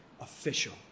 official